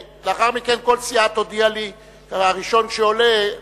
לאחר מכן כל סיעה תודיע לי, הראשון שעולה,